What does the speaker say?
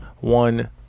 one